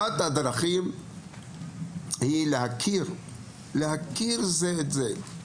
אחת הדרכים היא להכיר זה את זה.